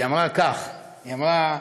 היא אמרה כך, היא אמרה: